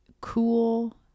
cool